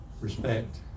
Respect